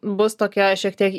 bus tokia šiek tiek